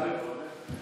יוסף טייב,